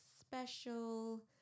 special